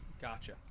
gotcha